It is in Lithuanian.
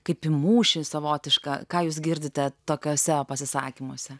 kaip į mūšį savotiška ką jūs girdite tokiuose pasisakymuose